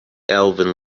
alvin